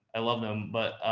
i love them, but,